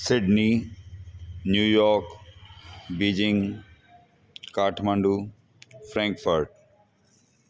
Sydney New York Beijing Kathmandu Frankfurt